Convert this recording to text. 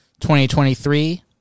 2023